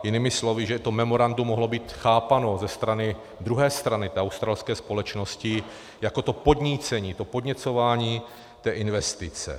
Jinými slovy, že to memorandum mohlo být chápáno ze strany té australské společnosti jako to podnícení, to podněcování té investice.